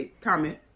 comment